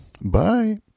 Bye